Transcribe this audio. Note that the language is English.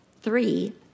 three